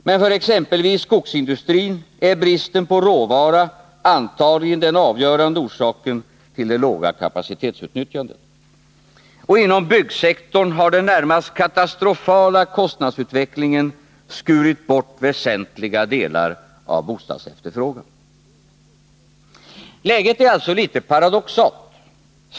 Men för exempelvis skogsindustrin är bristen på råvara antagligen den avgörande orsaken till det låga kapacitetsutnyttjandet. Och inom byggsektorn har den närmast katastrofala kostnadsutvecklingen skurit bort väsentliga delar av bostadsefterfrågan. Läget är alltså litet paradoxalt.